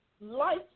life